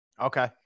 Okay